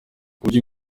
buryo